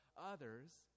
others